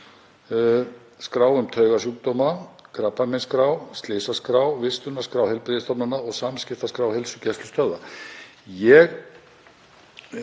skrár um taugasjúkdóma, krabbameinsskrár, slysaskrár, vistunarskrár heilbrigðisstofnana og samskiptaskrár heilsugæslustöðva.